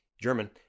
German